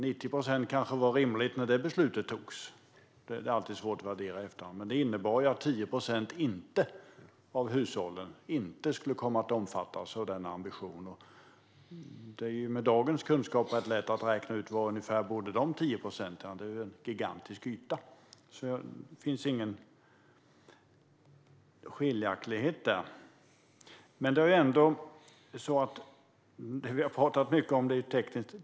90 procent kanske var rimligt när det beslutet togs - det är alltid svårt att värdera i efterhand - men det innebar att 10 procent av hushållen inte skulle komma att omfattas av ambitionen. Med dagens kunskap är det lätt att räkna ut ungefär var dessa 10 procent bodde - det är en gigantisk yta. Det är ingen skiljaktighet där. Vi har pratat mycket om det tekniska.